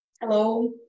Hello